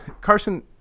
Carson